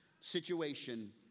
situation